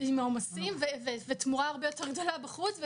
ועם העומסים ותמורה הרבה יותר גדולה בחוץ.